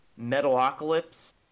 Metalocalypse